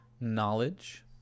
Knowledge